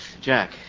Jack